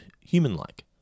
human-like